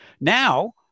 Now